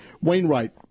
Wainwright